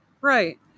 Right